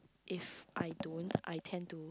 if I don't I tend to